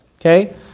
okay